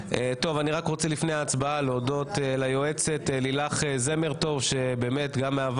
לפני ההצבעה אני רק רוצה להודות ליועצת לילך זמר טוב מהוועד,